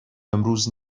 امروز